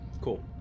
Cool